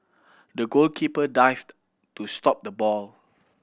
the goalkeeper dived to stop the ball